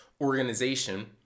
organization